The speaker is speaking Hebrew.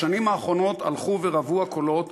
בשנים האחרונות הלכו ורבו הקולות,